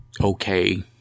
okay